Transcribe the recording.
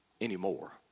anymore